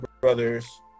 Brothers